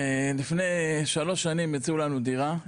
לפני שלוש שנים הציעו לנו דירה,